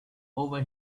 over